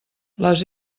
les